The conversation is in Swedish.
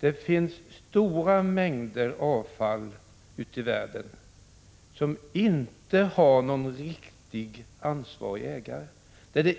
Det finns stora mängder avfall ute i världen som inte har någon ”ansvarig” ägare, och man har